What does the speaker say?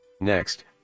Next